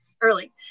early